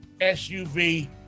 suv